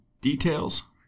Details